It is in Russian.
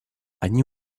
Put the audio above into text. они